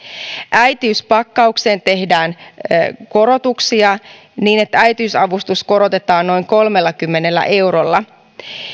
äitiyspakkaukseen tehdään korotuksia niin että äitiysavustusta korotetaan noin kolmellakymmenellä eurolla